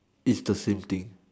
it's the same thing